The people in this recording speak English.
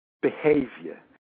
behavior